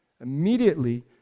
immediately